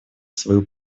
свою